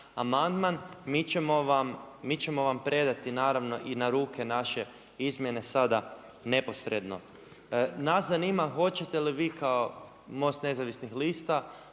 amandman, mi ćemo vam predati naravno, i na ruke naše izmjene sada neposredno. Nas zanima hoćete li kao MOST nezavisnih lista